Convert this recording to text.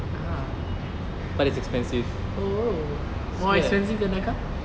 ah oh more expensive than a car